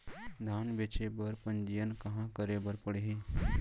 धान बेचे बर पंजीयन कहाँ करे बर पड़ही?